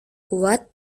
kuat